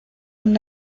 und